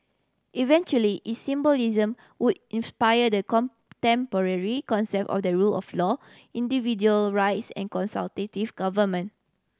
eventually its symbolism would inspire the contemporary concept of the rule of law individual rights and consultative government